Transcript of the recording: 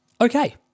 okay